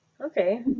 okay